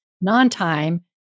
non-time